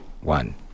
one